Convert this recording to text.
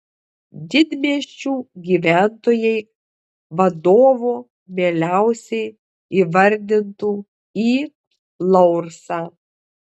didmiesčių gyventojai vadovu mieliausiai įvardintų i laursą